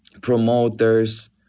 promoters